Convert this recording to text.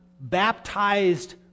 baptized